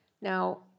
Now